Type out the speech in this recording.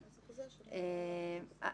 עוסק.